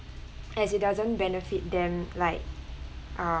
as it doesn't benefit them like err